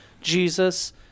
jesus